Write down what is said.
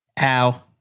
Ow